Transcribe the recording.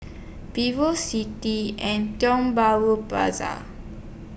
Vivocity and Tiong Bahru Plaza